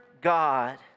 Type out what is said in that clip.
God